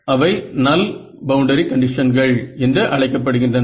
அவை நல் பவுண்டரி கண்டிஷன்கள் என்று அழைக்கப் படுகின்றன